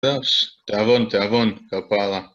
‫אז תאבון, תאבון, כפרה.